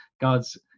God's